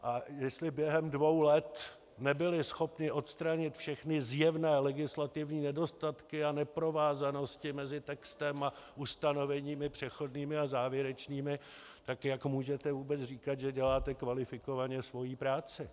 A jestli během dvou let nebyli schopni odstranit všechny zjevné legislativní nedostatky a neprovázanosti mezi textem a ustanoveními přechodnými a závěrečnými, tak jak můžete vůbec říkat, že děláte kvalifikovaně svoji práci?